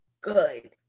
good